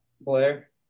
Blair